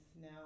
now